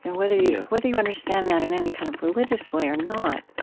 and whether yeah whether you understand that in any kind of religious way or not